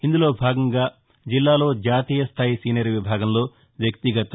ఇందులో భాగంగా జిల్లాలో జాతీయ స్టాయి సీనియర్ విభాగంలో వ్యక్తిగత